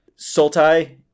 Sultai